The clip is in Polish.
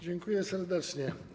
Dziękuję serdecznie.